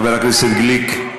חבר הכנסת גליק,